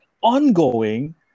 ongoing